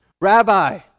Rabbi